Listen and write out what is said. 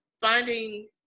finding